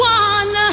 one